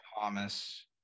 Thomas